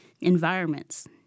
environments